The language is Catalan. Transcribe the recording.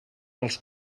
als